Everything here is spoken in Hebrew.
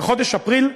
בחודש אפריל,